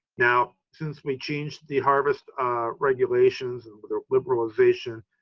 now, since we changed the harvest regulations and with the liberalization,